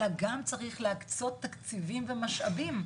אלא גם צריך להקצות תקציבים ומשאבים,